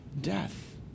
death